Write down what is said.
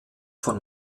von